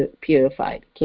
purified